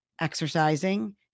exercising